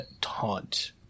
Taunt